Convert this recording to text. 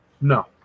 No